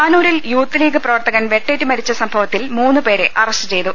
താനൂരിൽ youth league പ്രവർത്തകൻ വെട്ടേറ്റ് മരിച്ച സംഭവ ത്തിൽ മൂന്ന് പേരെ അറസ്റ്റ് ചെയ്തു